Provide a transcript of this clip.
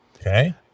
Okay